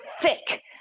thick